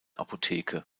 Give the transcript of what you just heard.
apotheke